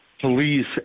police